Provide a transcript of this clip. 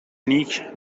نیک